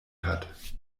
hat